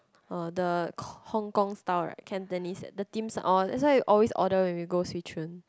uh the hong-kong style right Cantonese the dim sum orh that's why you always order when we go swee choon